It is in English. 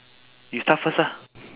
you start first ah